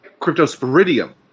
Cryptosporidium